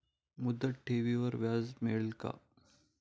मुदत ठेवीवर व्याज मिळेल का?